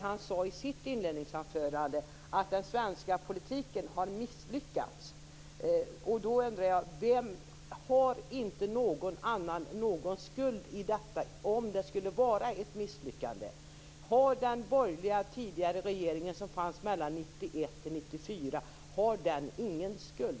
Han sade i sitt inledningsanförande att den svenska politiken har misslyckats. Har inte någon annan någon skuld i detta om det skulle vara ett misslyckande? Har den tidigare borgerliga regeringen som fanns mellan 1991 och 1994 ingen skuld?